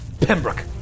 Pembroke